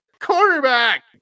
quarterback